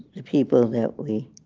the people that we.